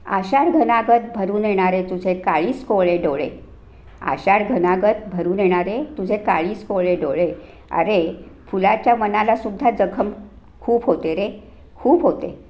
आषाढ घनागत भरून येणारे तुझे काळीस कोवळे डोळे आषाढ घनागत भरून येणारे तुझे काळीस कोवळे डोळे अरे फुलाच्या मनाला सुद्धा जखम खूप होते रे खूप होते